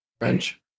French